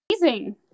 Amazing